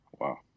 Wow